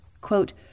quote